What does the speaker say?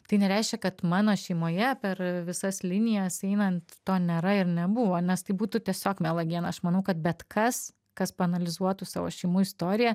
tai nereiškia kad mano šeimoje per visas linijas einant to nėra ir nebuvo nes tai būtų tiesiog melagiena aš manau kad bet kas kas paanalizuotų savo šeimų istoriją